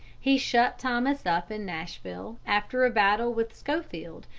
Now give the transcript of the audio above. he shut thomas up in nashville after a battle with schofield,